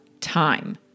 time